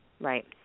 Right